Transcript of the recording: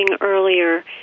earlier